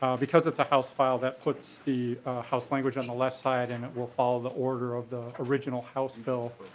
because it's a house file that's put so the house language on the left side and will follow the order of the original house bill.